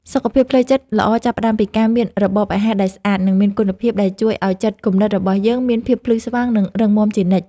សុខភាពផ្លូវចិត្តល្អចាប់ផ្តើមពីការមានរបបអាហារដែលស្អាត និងមានគុណភាពដែលជួយឲ្យចិត្តគំនិតរបស់យើងមានភាពភ្លឺស្វាងនិងរឹងមាំជានិច្ច។